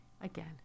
again